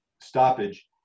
stoppage